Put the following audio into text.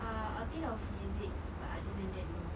uh a bit of physics but other than that no